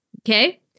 okay